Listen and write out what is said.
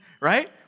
Right